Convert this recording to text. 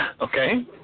Okay